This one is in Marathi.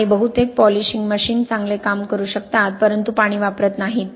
आणि बहुतेक पॉलिशिंग मशीन चांगले काम करू शकतात परंतु पाणी वापरत नाहीत